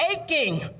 aching